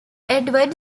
edward